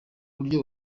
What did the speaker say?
buryo